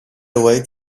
away